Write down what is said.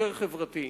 יותר חברתי.